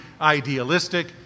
idealistic